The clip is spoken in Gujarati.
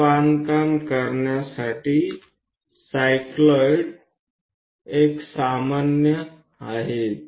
તો સાયક્લોઇડ્સ એ ગિયરની રચના માટે તદ્દન સામાન્ય છે